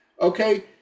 okay